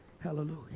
Hallelujah